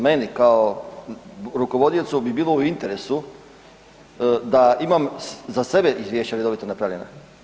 Meni kao rukovodiocu bi bilo u interesu da imam za sebe izvješća redovito napravljena.